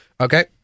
Okay